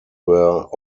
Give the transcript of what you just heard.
were